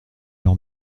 leur